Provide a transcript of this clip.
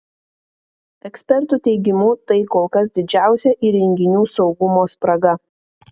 ekspertų teigimu tai kol kas didžiausia įrenginių saugumo spraga